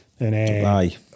Aye